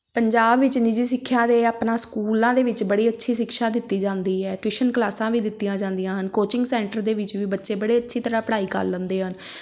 ਪੰਜਾਬ ਵਿੱਚ ਨਿੱਜੀ ਸਿੱਖਿਆ ਦੇ ਆਪਣਾ ਸਕੂਲਾਂ ਦੇ ਵਿੱਚ ਬੜੀ ਅੱਛੀ ਸ਼ਿਕਸ਼ਾ ਦਿੱਤੀ ਜਾਂਦੀ ਹੈ ਟਿਊਸ਼ਨ ਕਲਾਸਾਂ ਵੀ ਦਿੱਤੀਆਂ ਜਾਂਦੀਆਂ ਹਨ ਕੋਚਿੰਗ ਸੈਂਟਰ ਦੇ ਵਿੱਚ ਵੀ ਬੱਚੇ ਬੜੇ ਅੱਛੀ ਤਰ੍ਹਾਂ ਪੜ੍ਹਾਈ ਕਰ ਲੈਂਦੇ ਹਨ